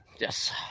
Yes